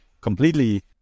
completely